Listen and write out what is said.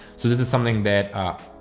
so this is something that, ah,